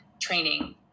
training